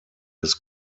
his